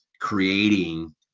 creating